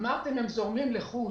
אמרתם שהם זורמים לחו"ל.